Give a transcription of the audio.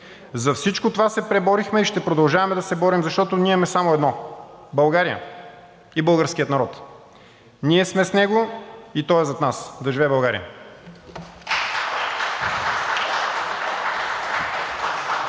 За всичко това се преборихме и ще продължаваме да се борим, защото ние имаме само едно – България и българския народ. Ние сме с него и той е зад нас. Да живее България!